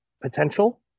potential